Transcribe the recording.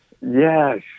Yes